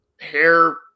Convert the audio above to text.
hair